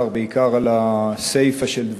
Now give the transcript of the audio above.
בעיקר על הסיפה של דבריך,